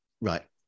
right